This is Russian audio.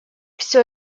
всё